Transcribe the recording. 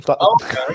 okay